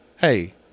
hey